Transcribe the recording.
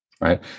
right